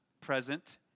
present